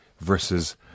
versus